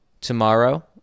tomorrow